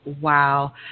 Wow